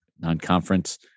non-conference